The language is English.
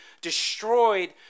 destroyed